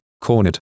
cornered